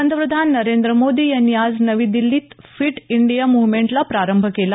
पंतप्रधान नरेंद्र मोदी यांनी आज नवी दिल्लीत फिट इंडिया मव्हमेंटला प्रारंभ केला